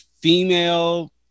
female